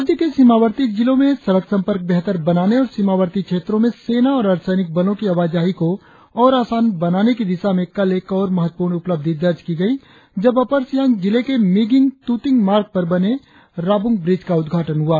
राज्य के सीमावर्ती जिलों में सड़क संपर्क बेहतर बनाने और सीमावर्ती क्षेत्रों में सेना और अर्धसैनिक बलों की आवाजाही को और आसान बनाने की दिशा में कल एक और महत्वपूर्ण उपलब्धि दर्ज की गई जब अपर सियांग जिले के मिगिंग तुतिंग मार्ग पर बने राबूंग ब्रिज का उद्घाटन हुआ